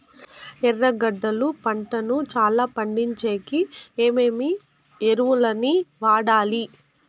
ఎర్రగడ్డలు పంటను చానా పండించేకి ఏమేమి ఎరువులని వాడాలి?